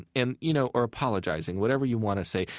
and you know or apologizing, whatever you want to say.